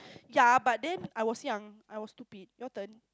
ya but then I was young I was stupid your turn